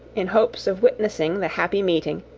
in hopes of witnessing the happy meeting,